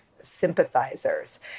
sympathizers